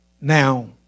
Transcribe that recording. now